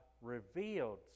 revealed